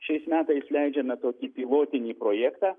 šiais metais leidžiame tokį pilotinį projektą